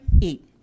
eat